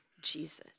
Jesus